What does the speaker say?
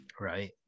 right